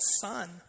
son